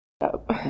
up